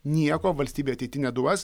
nieko valstybei ateity neduos